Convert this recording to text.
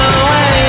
away